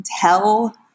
tell